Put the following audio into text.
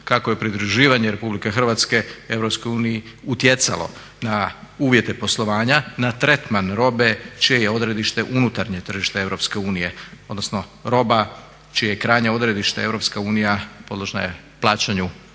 kako je pridruživanje RH EU utjecalo na uvjete poslovanja na tretman robe čije je odredište unutarnje tržište Europske unije, odnosno roba čije je krajnje odredište Europska unija podložna je plaćanju